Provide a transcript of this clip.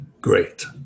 great